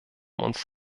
uns